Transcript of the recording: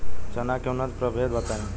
चना के उन्नत प्रभेद बताई?